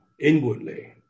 inwardly